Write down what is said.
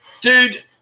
Dude